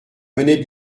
venait